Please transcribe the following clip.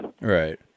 Right